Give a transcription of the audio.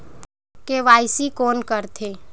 KYC कोन करथे?